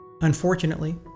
Unfortunately